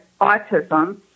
autism